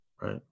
Right